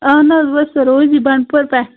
اَہَن حظ بہٕ حظ چھَس روزی بَنٛڈٕپور پٮ۪ٹھ